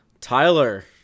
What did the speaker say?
Tyler